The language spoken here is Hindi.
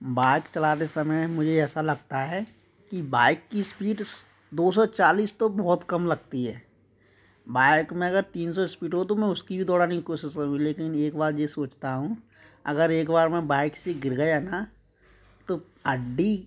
बाइक चलाते समय मुझे ऐसा लगता है की बाइक की स्पीड दौ सौ चालीस तो बहुत कम लगती है बाइक में अगर तीन सौ स्पीड हो तो मैं उसकी भी दौड़ाने की कोशिश करूंगा लेकिन एक बार ये सोचता हूँ अगर एक बार मैं बाइक से गिर गया ना तो हड्डी